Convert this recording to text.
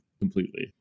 completely